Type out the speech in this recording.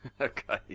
okay